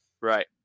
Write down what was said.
Right